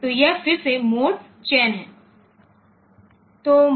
तो यह फिर से मोड चयन है